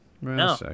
no